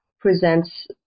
presents